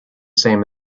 same